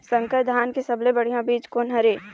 संकर धान के सबले बढ़िया बीज कोन हर ये?